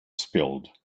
spilled